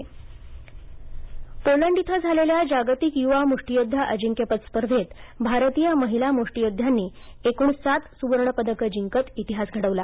boxing Poland इथं झालेल्या जागतिक युवा मुष्टीयोद्वा अजिंक्यपद स्पर्धेत भारतीय महिला मुष्टियोद्ध्यांनी एकूण सात सुवर्ण पदकं जिंकत इतिहास घडवला